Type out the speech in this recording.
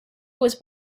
was